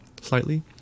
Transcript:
slightly